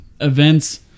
events